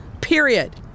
period